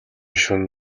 шөнө